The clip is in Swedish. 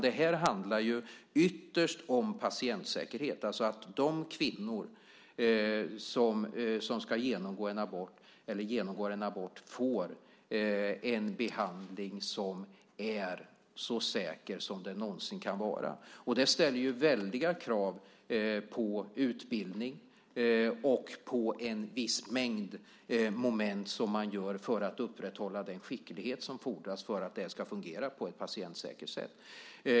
Det handlar ju ytterst om patientsäkerhet och att de kvinnor som genomgår en abort får en behandling som är så säker som den någonsin kan vara. Det ställer ju väldiga krav på utbildning och en mängd moment för att upprätthålla den skicklighet som fordras för att det här ska fungera på ett patientsäkert sätt.